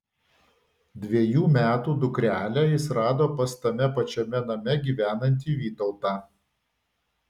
dvejų metų dukrelę jis rado pas tame pačiame name gyvenantį vytautą